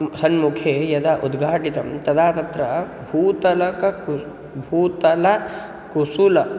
सन्मुखे यदा उद्घाटितं तदा तत्र भूतलं भूतलकुसुल